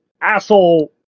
asshole